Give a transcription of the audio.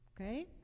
Okay